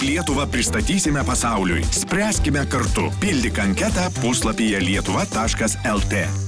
lietuvą pristatysime pasauliui spręskime kartu pildyk anketą puslapyje lietuva taškas lt